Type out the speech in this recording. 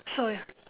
so ya